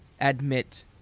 admit